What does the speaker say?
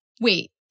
wait